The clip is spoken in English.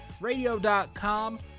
Radio.com